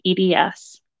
EDS